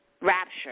rapture